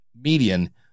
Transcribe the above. median